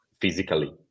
physically